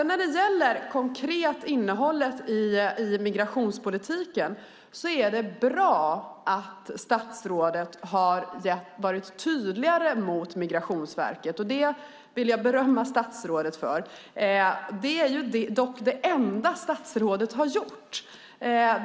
När det gäller det konkreta innehållet i migrationspolitiken är det bra att statsrådet har varit tydligare mot Migrationsverket. Det vill jag berömma statsrådet för. Det är dock det enda som statsrådet har gjort.